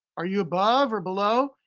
are you above or below?